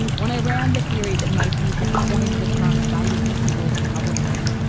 when i ran the theory that mike d had coined the term by the beastie boys publicist,